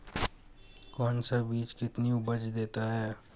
कौन सा बीज कितनी उपज देता है?